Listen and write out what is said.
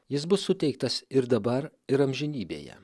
jis bus suteiktas ir dabar ir amžinybėje